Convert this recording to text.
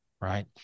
right